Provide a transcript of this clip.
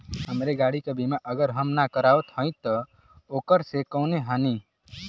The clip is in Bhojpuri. हमरे गाड़ी क बीमा अगर हम ना करावत हई त ओकर से कवनों हानि?